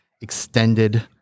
extended